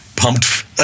pumped